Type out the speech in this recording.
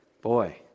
Boy